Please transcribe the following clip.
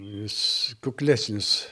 jis kuklesnis